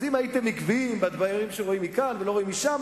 אז אם הייתם עקביים בדברים שרואים מכאן ולא רואים משם,